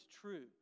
true